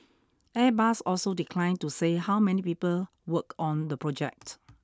airbus also declined to say how many people work on the project